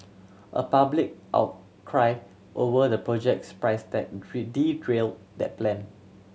a public out cry over the project's price tag derailed that plan